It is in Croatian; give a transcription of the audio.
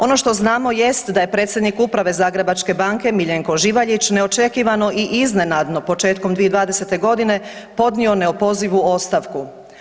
Ono što znamo jest da je predsjednik Uprave Zagrebačke banke Miljenko Živaljić neočekivano i iznenadno početkom 2020.podnio neopozivu ostavku.